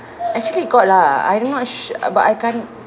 actually got lah I do not sha~ but I can't